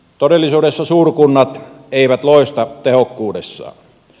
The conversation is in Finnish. todellisuudessa suurkunnat eivät loista tehokkuudessaan